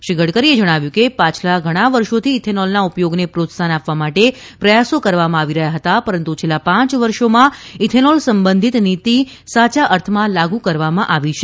શ્રી ગડકરીએ જણાવ્યું કે પાછલા ઘણા વર્ષોથી ઇથેનોલના ઉપયોગને પ્રોત્સાફન આપવા માટે પ્રથાસો કરવામાં આવી રહ્યા હતા પરંતુ છેલ્લા પાંચ વર્ષોમાં ઇથેનોલ સંબંધિત નીતી સાચા અર્થમાં લાગુ કરવામાં આવી છે